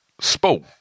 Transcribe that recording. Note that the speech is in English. sport